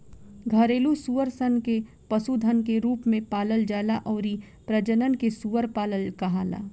घरेलु सूअर सन के पशुधन के रूप में पालल जाला अउरी प्रजनन के सूअर पालन कहाला